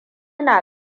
na